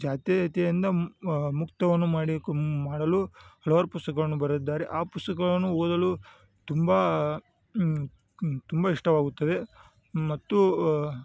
ಜಾತೀಯತೆಯಿಂದ ಮ್ ಮುಕ್ತವನು ಮಾಡಿಕುಮ್ ಮಾಡಲು ಹಲವಾರು ಪುಸ್ತಕವನ್ನು ಬರೆದಿದ್ದಾರೆ ಆ ಪುಸ್ತಕಗಳನ್ನು ಓದಲು ತುಂಬ ತುಂಬ ಇಷ್ಟವಾಗುತ್ತದೆ ಮತ್ತು